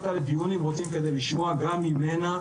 אותה לדיון אם רוצים כדי לשמוע גם ממנה,